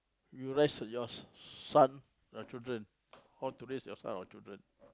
you raise yours son your children how to raise your son or children